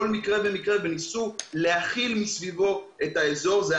מקרה ומקרה וניסו להכיל מסביבו את האזור; אבל